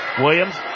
Williams